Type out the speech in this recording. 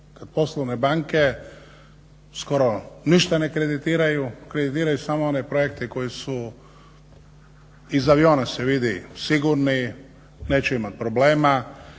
kad poslovne banke skoro ništa ne kreditiraju, kreditiraju samo one projekte koji su iz aviona se vidi sigurni, neće imati problema,